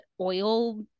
oil